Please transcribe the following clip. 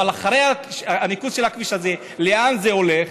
אבל הניקוז של הכביש הזה, לאן זה הולך?